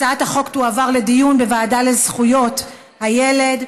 הצעת החוק תועבר לדיון בוועדה לזכויות הילד.